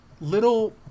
little